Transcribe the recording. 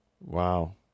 Wow